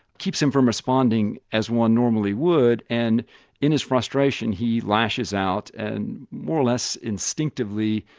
keeps him from responding as one normally would, and in his frustration he lashes out and more or less instinctively,